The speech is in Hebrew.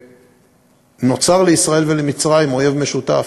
נוצר לישראל ולמצרים אויב משותף.